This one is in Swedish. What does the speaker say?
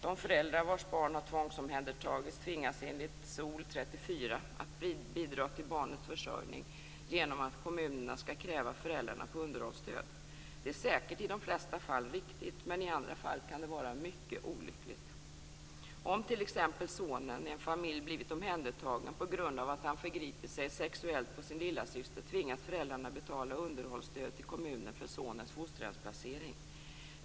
De föräldrar vars barn har tvångsomhändertagits tvingas enligt SoL 34 att bidra till barnets försörjning genom att kommunerna kräver föräldrarna på underhållsstöd. Det är säkert i de flesta fall riktigt, men i andra fall kan det vara mycket olyckligt. Om t.ex. sonen i en familj blivit omhändertagen på grund av att han förgripit sig sexuellt på sin lillasyster tvingas föräldrarna betala underhållsstöd till kommunen för sonens fosterhemsplacering.